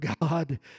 God